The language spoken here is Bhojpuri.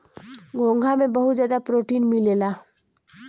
घोंघा में बहुत ज्यादा प्रोटीन मिलेला